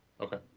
Okay